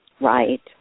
Right